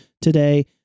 today